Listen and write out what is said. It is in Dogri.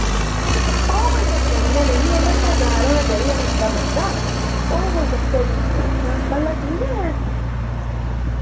ओह् कोई चक्कर नेईं ऐ मिगी म्हल्ला शैल होना चाहिदा रस्दा बस्दा ओ कोई चक्कर नी ऐ हं म्हल्ला ठीक ऐ